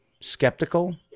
skeptical